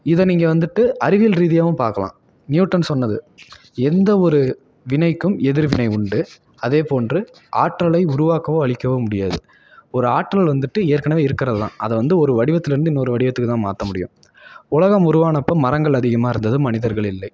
இதை நீங்கள் வந்துட்டு அறிவியல் ரீதியாகவும் பார்க்கலாம் நியூட்டன் சொன்னது எந்த ஒரு வினைக்கும் எதிர் வினை உண்டு அதே போன்று ஆற்றலை உருவாக்கவோ அழிக்கவோ முடியாது ஒரு ஆற்றல் வந்துட்டு ஏற்கனவே இருக்கிறதுதான் அதை வந்து ஒரு வடிவத்துலிருந்து இன்னொரு வடிவத்துக்கு தான் மாற்ற முடியும் உலகம் உருவானப்போ மரங்கள் அதிகமாக இருந்தது மனிதர்கள் இல்லை